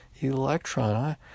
Electron